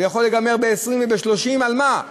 זה יכול להיגמר ב-20,000 וב-30,000, ועל מה?